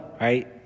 right